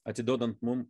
atiduodant mums